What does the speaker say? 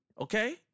Okay